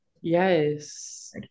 yes